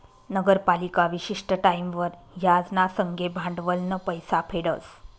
नगरपालिका विशिष्ट टाईमवर याज ना संगे भांडवलनं पैसा फेडस